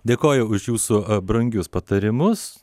dėkoju už jūsų brangius patarimus